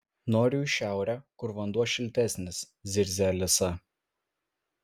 noriu į šiaurę kur vanduo šiltesnis zirzia alisa